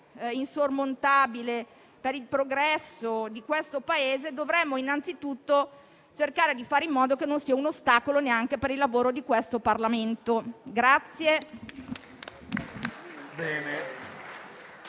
insormontabile per il progresso di questo Paese, dovremmo innanzitutto cercare di fare in modo che non lo sia neanche per il lavoro di questo Parlamento.